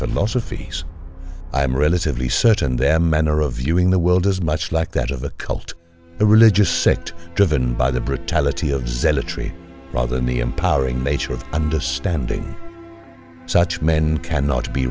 philosophies i am relatively certain them manner of viewing the world is much like that of a cult a religious sect driven by the brutality of zealotry rather than the empowering nature of understanding such men cannot be